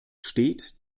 steht